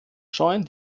scheuen